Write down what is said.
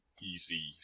easy